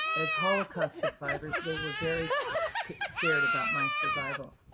as holocaust survivors, they were very scared about my survival.